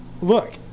Look